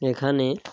এখানে